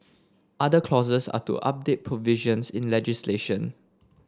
other clauses are to update provisions in legislation